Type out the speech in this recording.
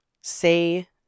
say